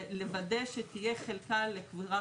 לוודא שתהיה חלקה לקבורה